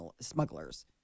smugglers